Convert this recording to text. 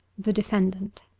the defendant